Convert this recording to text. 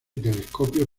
telescopios